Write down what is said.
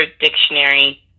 Dictionary